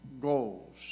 goals